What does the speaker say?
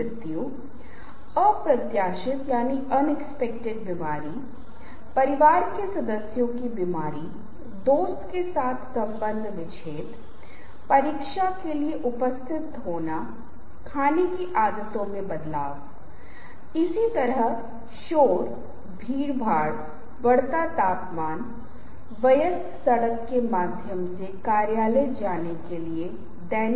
यदि आपको याद हो मेरे पहले के कुछ व्याख्यानों में मैंने आपसे बोलने के कौशल सुनने के कौशल और सभी के संदर्भ में शरीर और उसके महत्व के बारे में बात की थी तो आपको अपने हाव भाव अपनी मुद्रा आँख से संपर्क करें